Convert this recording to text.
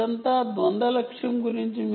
ఇదంతా dual target గురించి